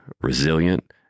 resilient